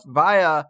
via